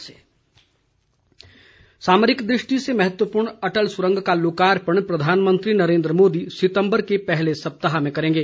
मुख्यमंत्री सामरिक दृष्टि से महत्वपूर्ण अटल सुरंग का लोकार्पण प्रधानमंत्री नरेन्द्र मोदी सितम्बर के पहले सप्ताह में करेंगे